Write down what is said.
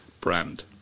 brand